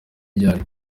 ryari